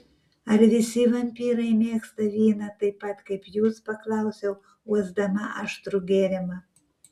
ar visi vampyrai mėgsta vyną taip pat kaip jūs paklausiau uosdama aštrų gėrimą